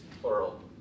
plural